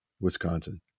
Wisconsin